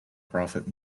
profit